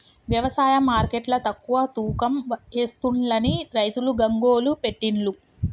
వ్యవసాయ మార్కెట్ల తక్కువ తూకం ఎస్తుంలని రైతులు గగ్గోలు పెట్టిన్లు